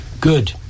Good